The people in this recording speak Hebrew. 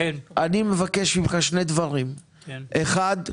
אני מבקש ממך שני דברים: אחד,